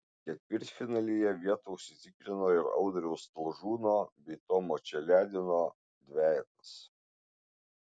ketvirtfinalyje vietą užsitikrino ir audriaus talžūno bei tomo čeledino dvejetas